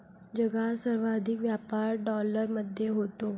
जगात सर्वाधिक व्यापार डॉलरमध्ये होतो